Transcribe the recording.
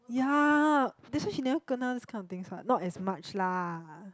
yeah that's why she never kena this kind of things what not as much lah